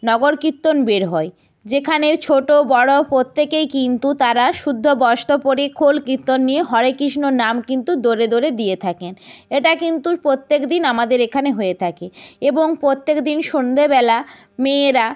নগর কীর্তন বের হয় যেখানে ছোটো বড়ো প্রত্যেকেই কিন্তু তারা শুদ্ধ বস্ত্র পরে খোল কীর্তন নিয়ে হরে কৃষ্ণ নাম কিন্তু দোরে দোরে দিয়ে থাকেন এটা কিন্তু প্রত্যেক দিন আমাদের এখানে হয়ে থাকে এবং প্রত্যেক দিন সন্ধেবেলা মেয়েরা